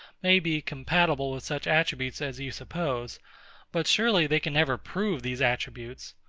may be compatible with such attributes as you suppose but surely they can never prove these attributes.